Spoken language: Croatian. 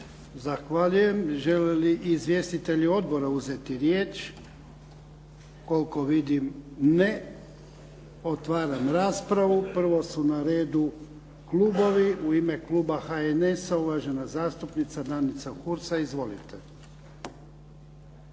Zahvaljujem. Žele li izvjestitelji odbora uzeti riječ? Koliko vidim ne. Otvaram raspravu. Prvo su na redu klubovi. U ime kluba HNS-a uvažena zastupnica Danica Hursa. Izvolite.